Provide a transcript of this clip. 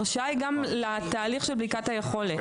ההרשאה היא גם לתהליך של בדיקת היכולת.